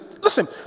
listen